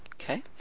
Okay